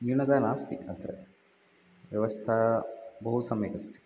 न्यूनता नास्ति अत्र व्यवस्था बहुसम्यक् अस्ति